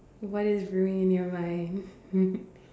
what is brewing in your mind